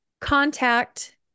contact